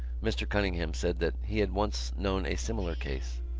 mr. cunningham said that he had once known a similar case.